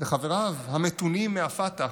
וחבריו המתונים מהפתח,